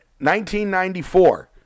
1994